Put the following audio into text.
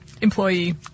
employee